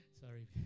sorry